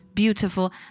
beautiful